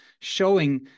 showing